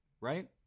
right